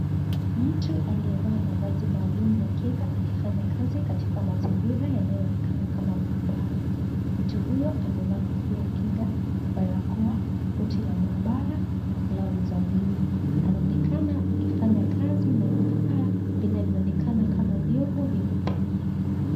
Mtu aliyevaa mavazi maalum ya kinga akifanya kazi katika mazingira yanayoonekana kama maabara . Mtu huyo amevaa kofia ya kinga , barakoa , koti la maabara na glavu za blu. Anaonekana akifanya kazi na vifaa vinavyoonekana kama vyombo vya kupimia .